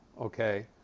okay